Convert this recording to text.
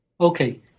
Okay